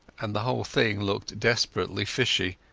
and the whole thing looked desperately fishy.